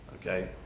Okay